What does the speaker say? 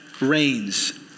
reigns